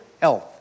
health